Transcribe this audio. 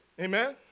amen